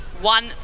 one